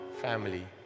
family